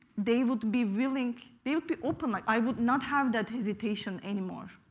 they would be willing they would be open. like i would not have that hesitation any more.